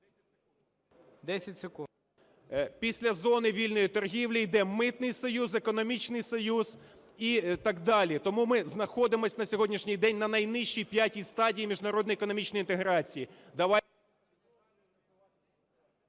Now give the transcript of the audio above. Після зони вільної торгівлі йде Митний союз, Економічний союз і так далі. Тому ми знаходимося на сьогоднішній день на найнижчій, 5-й, стадії міжнародної економічної інтеграції.